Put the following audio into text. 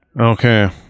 okay